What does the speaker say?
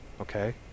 Okay